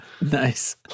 Nice